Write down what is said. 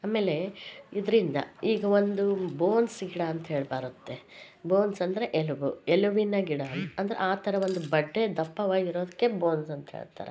ಆಮೇಲೆ ಇದರಿಂದ ಈಗ ಒಂದು ಬೋನ್ಸ್ ಗಿಡ ಅಂತೇಳಿ ಬರುತ್ತೆ ಬೋನ್ಸ್ ಅಂದರೆ ಎಲುಬು ಎಲುಬಿನ ಗಿಡ ಅಂದರೆ ಆ ಥರ ಒಂದು ಬಟ್ಟೆ ದಪ್ಪವಾಗಿರೋದಕ್ಕೆ ಬೋನ್ಸ್ ಅಂತೇಳ್ತಾರೆ